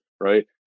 right